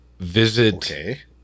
visit